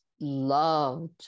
loved